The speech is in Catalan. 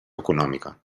econòmica